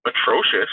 atrocious